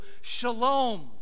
Shalom